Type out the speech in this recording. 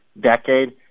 decade